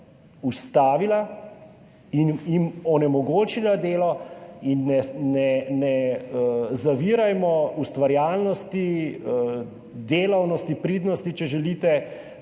ustavile in jim onemogočile delo. Ne zavirajmo ustvarjalnosti, delavnosti, pridnosti, če želite,